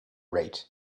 rate